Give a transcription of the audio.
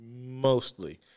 Mostly